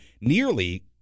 nearly